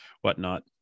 whatnot